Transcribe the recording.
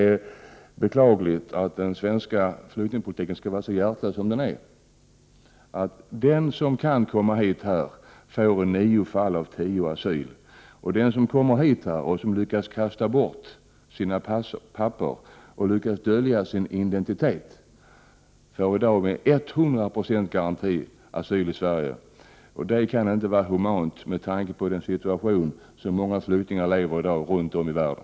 I dag är det så, herr talman, att den som kan komma hit får i nio fall av tio asyl, och den som kommer hit och har lyckats kasta bort sina papper och dölja sin identitet får i dag med 100 92 garanti asyl i Sverige. Det är beklagligt att den svenska flyktingpolitiken skall vara så hjärtlös som den är. Detta kan inte vara humant med tanke på de förhållanden som många flyktingar i dag lever under runt om i världen.